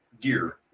gear